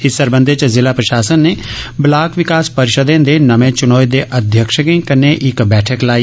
इस सरबंधे च जिला प्रशासन नै ब्लाक विकास परिषदें दे नमें चुनोए दे अध्यक्षें कन्नै इक्क बैठक लाई